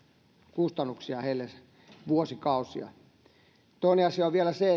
kustannuksia heiltä vuosikausia toinen asia on vielä se